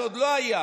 זה עוד לא היה?